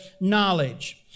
knowledge